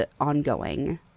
ongoing